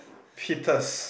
Peters